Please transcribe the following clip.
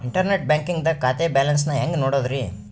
Internet banking ದಾಗ ಖಾತೆಯ balance ನ ಹೆಂಗ್ ನೋಡುದ್ರಿ?